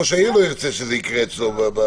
ראש העיר לא ירצה שזה יקרה אצלו.